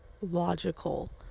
logical